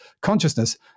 consciousness